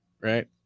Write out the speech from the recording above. right